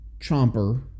Chomper